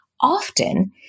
often